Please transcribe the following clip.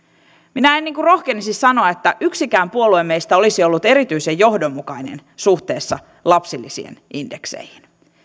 minä en rohkenisi sanoa että yksikään puolue meistä olisi ollut erityisen johdonmukainen suhteessa lapsilisien indekseihin